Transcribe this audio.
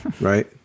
right